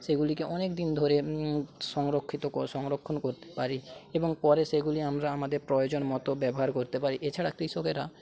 সেগুলিকে অনেকদিন ধরে সংরক্ষিত সংরক্ষণ করতে পারি এবং পরে সেগুলি আমরা আমাদের প্রয়োজন মতো ব্যবহার করতে পারি এছাড়া কৃষকেরা